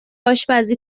آشپزی